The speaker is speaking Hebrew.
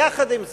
יחד עם זה,